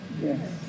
Yes